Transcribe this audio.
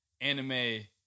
anime